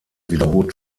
wiederholt